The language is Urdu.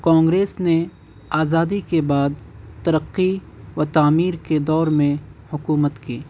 کانگریس نے آزادی کے بعد ترقی و تعمیر کے دور میں حکومت کی